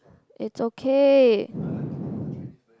it's okay